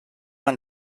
man